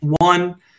one